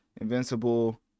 invincible